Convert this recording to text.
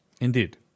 Indeed